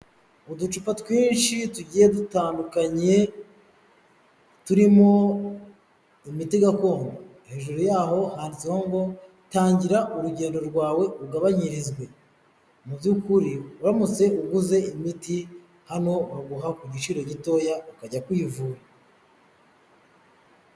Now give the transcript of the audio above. Uducupa twinshi tugiye dutandukanye turimo imiti gakondo, hejuru yaho handitseho ngo tangira urugendo rwawe ugabanyirizwe, mu byukuri uramutse uguze imiti hano baguha ku giciro gitoya ukajya kwivura.